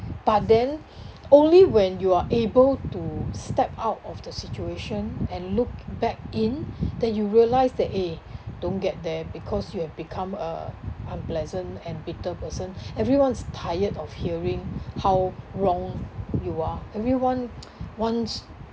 but then only when you are able to step out of the situation and looked back in then you realised that eh don't get there because you have become uh unpleasant and bitter person everyone's tired of hearing how wrong you are everyone wants